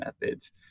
methods